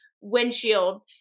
windshield